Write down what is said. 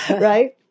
right